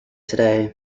today